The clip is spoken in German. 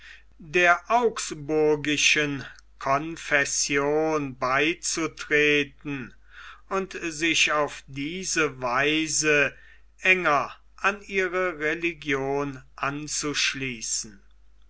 der augsburgischen confession beizutreten und sich auf diese weise enger an ihre religion anzuschließen